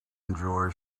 enjoy